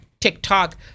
TikTok